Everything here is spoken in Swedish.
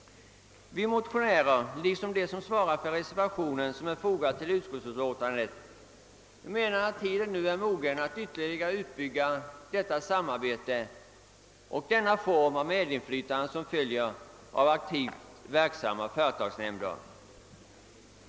Vi motionärer liksom de som svarar för reservationen, som är fogad till utskottsutlåtandet, anser att tiden nu är mogen att ytterligare utbyg ga detta samarbete och denna form av medinflytande som följer av aktivt verksamma företagsnämnder.